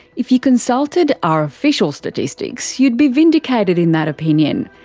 if you consulted our official statistics, you'd be vindicated in that opinion.